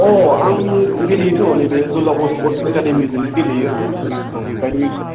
अह आं गेलेयोथ' नैबे जलागस स्पट्स एकादेमिजोंनो गेलेयो आङो विंसआव राइट विंसाव